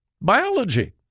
biology